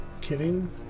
Kidding